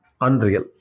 unreal